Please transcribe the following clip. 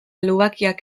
lubakiak